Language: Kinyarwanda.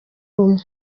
rumwe